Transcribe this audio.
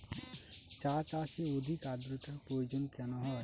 চা চাষে অধিক আদ্রর্তার প্রয়োজন কেন হয়?